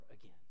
again